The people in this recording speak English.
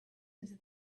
into